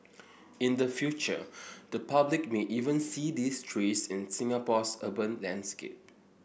in the future the public may even see these trees in Singapore's urban landscape